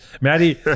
Maddie